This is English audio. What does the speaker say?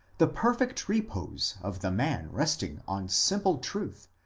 the perfect repose of the man resting on simple truth,